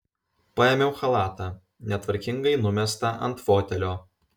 paėmiau chalatą netvarkingai numestą ant fotelio